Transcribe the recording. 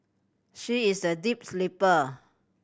she is a deep sleeper